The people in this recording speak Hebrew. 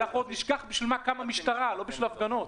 אנחנו עוד נשכח בשביל מה קמה משטרה לא בשביל הפגנות.